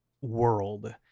world